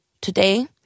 Today